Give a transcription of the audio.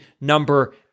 number